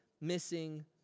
missing